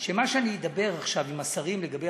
שמה שאני אדבר עכשיו עם השרים לגבי